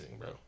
bro